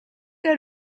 out